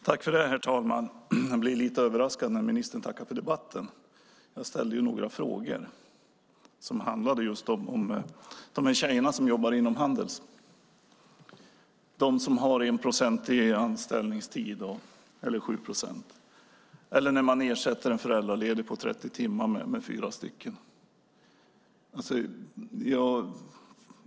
Herr talman! Jag blev lite överraskad när ministern tackade för debatten. Jag ställde ju några frågor som handlade om de tjejer som jobbar inom Handels, de som har 1 procent eller 7 procent i anställningsgrad eller där man ersätter en föräldraledig på 30 timmar med fyra personer.